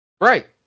Right